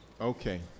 okay